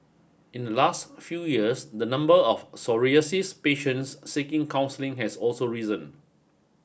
in the last few years the number of psoriasis patients seeking counselling has also risen